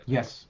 Yes